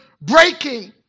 breaking